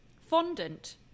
Fondant